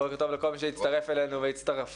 בוקר טוב לכל מי שהצטרף אלינו בזום